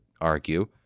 argue